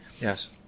Yes